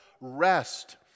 rest